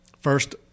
First